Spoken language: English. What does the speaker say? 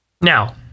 Now